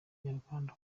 nyarwanda